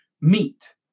meet